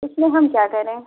इसमें हम क्या करें